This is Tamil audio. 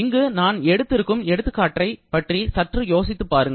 இங்கு நான் எடுத்து இருக்கும் எடுத்துக்காட்டை பற்றி சற்று யோசித்துப் பாருங்கள்